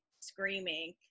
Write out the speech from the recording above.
screaming